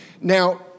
Now